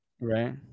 Right